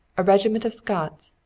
a regiment of scots,